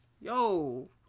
Yo